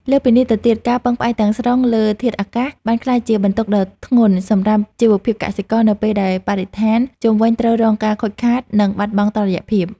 លើសពីនេះទៅទៀត ការពឹងផ្អែកទាំងស្រុងលើធាតុអាកាស បានក្លាយជាបន្ទុកដ៏ធ្ងន់សម្រាប់ជីវភាពកសិករ នៅពេលដែលបរិស្ថានជុំវិញត្រូវរងការខូចខាត និងបាត់បង់តុល្យភាព។